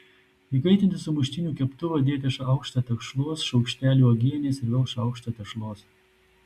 įkaitinti sumuštinių keptuvą dėti šaukštą tešlos šaukštelį uogienės ir vėl šaukštą tešlos